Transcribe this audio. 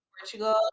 portugal